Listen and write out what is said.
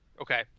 Okay